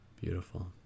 Beautiful